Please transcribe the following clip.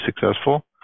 successful